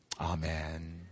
Amen